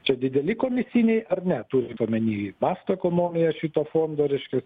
čia dideli komisiniai ar ne turint omeny masto ekonomiją šito fondo reiškias